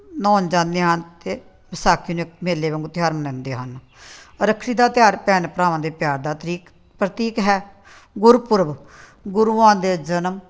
ਨਾਹੁਣ ਜਾਂਦੇ ਹਨ ਅਤੇ ਵਿਸਾਖੀ ਨੂੰ ਇੱਕ ਮੇਲੇ ਵਾਂਗੂੰ ਤਿਉਹਾਰ ਮਨਾਉਂਦੇ ਹਨ ਰੱਖੜੀ ਦਾ ਤਿਉਹਾਰ ਭੈਣ ਭਰਾਵਾਂ ਦੇ ਪਿਆਰ ਦਾ ਤਰੀਕ ਪ੍ਰਤੀਕ ਹੈ ਗੁਰਪੁਰਬ ਗੁਰੂਆਂ ਦੇ ਜਨਮ